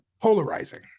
Polarizing